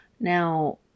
Now